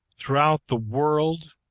throughout the world,